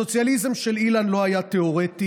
הסוציאליזם של אילן לא היה תיאורטי.